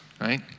right